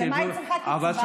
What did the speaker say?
אז למה היא צריכה קצבה?